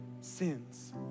sins